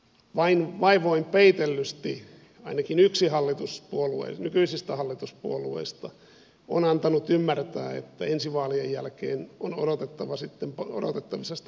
vain vaivoin peitellysti ainakin yksi hallituspuolue nykyisistä hallituspuolueista on antanut ymmärtää että ensi vaalien jälkeen on odotettavissa sitten paljon pahempaa